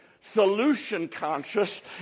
solution-conscious